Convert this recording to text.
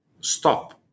stop